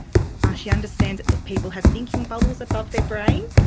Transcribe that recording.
ah she understands that people have thinking bubbles above their brain.